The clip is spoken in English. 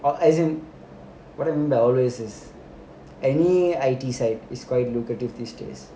or as in what I mean by always any I_T side is quite lucrative these days